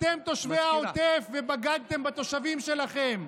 אתם תושבי העוטף, ובגדתם בתושבים שלכם.